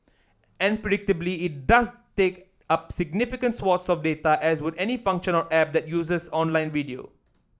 and predictably it does take up significant swathes of data as would any function app that uses online video